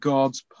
God's